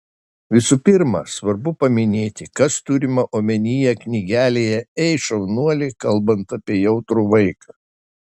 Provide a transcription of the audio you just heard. visų pirma svarbu paminėti kas turima omenyje knygelėje ei šaunuoli kalbant apie jautrų vaiką